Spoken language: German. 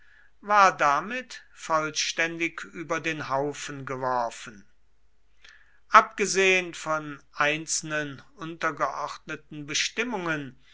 war damit vollständig über den haufen geworfen abgesehen von einzelnen untergeordneten bestimmungen